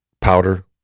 powder